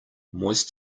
moist